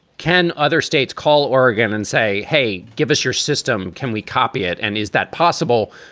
can other states call oregon and say, hey, give us your system, can we copy it? and is that possible?